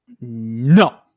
No